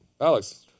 Alex